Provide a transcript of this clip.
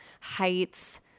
heights